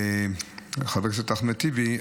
חבר הכנסת אחמד טיבי,